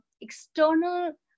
external